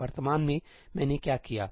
वर्तमान में मैंने क्या किया है